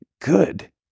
Good